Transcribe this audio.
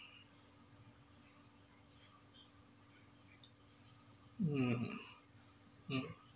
mm mm